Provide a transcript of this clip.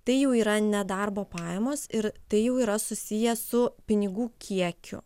tai jau yra ne darbo pajamos ir tai jau yra susiję su pinigų kiekiu